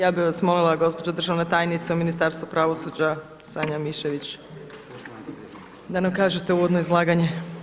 Ja bih vas molila gospođo državna tajnica u Ministarstvu pravosuđa Sanja Mišević da nam kažete uvodno izlaganje.